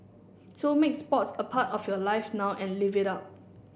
so make sports a part of your life now and live it up